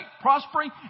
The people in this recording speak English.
prospering